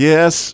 Yes